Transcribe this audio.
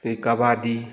ꯑꯗꯩ ꯀꯕꯥꯗꯤ